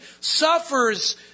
suffers